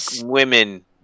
women